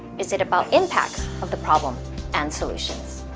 is it about impacts of the problem and solutions?